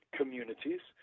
communities